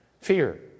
Fear